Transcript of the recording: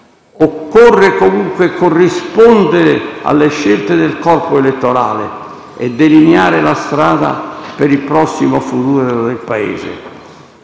Occorre comunque corrispondere alle scelte del corpo elettorale e delineare la strada per il prossimo futuro del Paese.